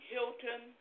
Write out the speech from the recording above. Hilton